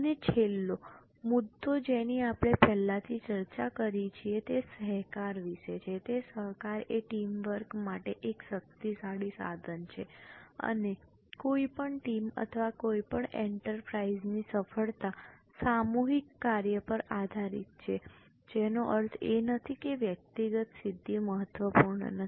અને છેલ્લો મુદ્દો જેની આપણે પહેલેથી ચર્ચા કરી છે તે સહકાર વિશે છે તે સહકાર એ ટીમ વર્ક માટે એક શક્તિશાળી સાધન છે અને કોઈપણ ટીમ અથવા કોઈપણ એન્ટરપ્રાઇઝની સફળતા સામૂહિક કાર્ય પર આધારિત છે જેનો અર્થ એ નથી કે વ્યક્તિગત સિદ્ધિ મહત્વપૂર્ણ નથી